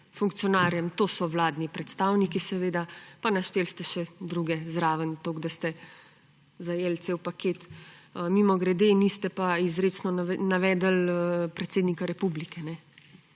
to so vladni predstavniki seveda – pa našteli ste še druge zraven, toliko da ste zajeli cel paket. Mimogrede, niste pa izrecno navedli predsednika republike,